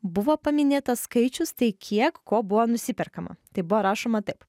buvo paminėtas skaičius tai kiek ko buvo nusiperkama tai buvo rašoma taip